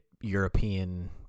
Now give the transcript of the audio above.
European